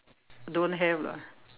don't have lah